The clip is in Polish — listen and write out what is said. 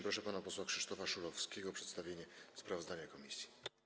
Proszę pana posła Krzysztofa Szulowskiego o przedstawienie sprawozdania komisji.